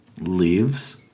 leaves